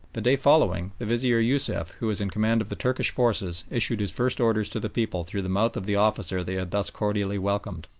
the day following the vizier yosuf, who was in command of the turkish forces, issued his first orders to the people through the mouth of the officer they had thus cordially welcomed.